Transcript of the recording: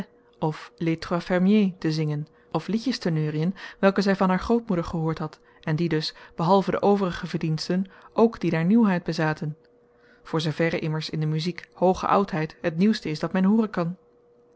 of les trois fermiers te zingen of liedjes te neuriën welke zij van haar grootmoeder gehoord had en die dus behalve de overige verdiensten ook die der nieuwheid bezaten voor zooverre immers in de muziek hooge oudheid het nieuwste is dat men hooren kan